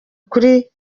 kuri